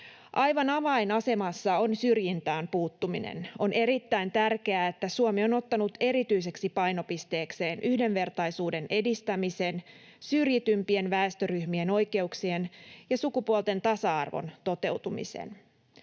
Aivan avainasemassa on syrjintään puuttuminen. On erittäin tärkeää, että Suomi on ottanut erityiseksi painopisteekseen yhdenvertaisuuden edistämisen, syrjitympien väestöryhmien oikeuksien ja sukupuolten tasa-arvon toteutumisen.